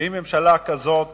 עם ממשלה כזאת